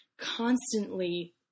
constantly